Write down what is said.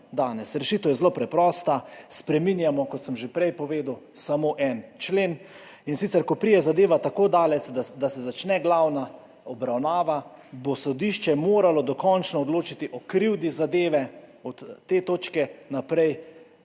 Rešitev je zelo preprosta. Spreminjamo, kot sem že prej povedal, samo en člen, in sicer ko pride zadeva tako daleč, da se začne glavna obravnava, bo sodišče moralo dokončno odločiti o krivdi zadeve, od te točke naprej